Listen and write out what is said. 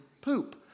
poop